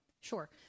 sure